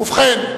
ובכן,